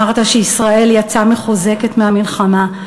אמרת שישראל יצאה מחוזקת מהמלחמה.